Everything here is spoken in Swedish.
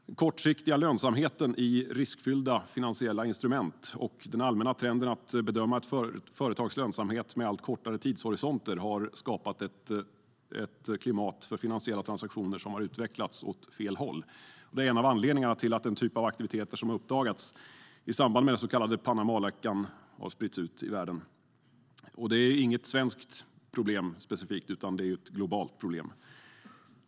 Den kortsiktiga lönsamheten i riskfyllda finansiella instrument och den allmänna trenden att bedöma ett företags lönsamhet med allt kortare tidshorisonter har skapat ett klimat för finansiella transaktioner som har utvecklats åt fel håll. Det är en av anledningarna till att den typ av aktiviteter som uppdagats i samband med den så kallade Panamaläckan har spritts ut i världen. Det är inget svenskt problem, specifikt, utan det är ett globalt problem.